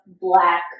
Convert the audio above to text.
black